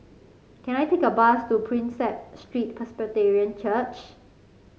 can I take a bus to Prinsep Street Presbyterian Church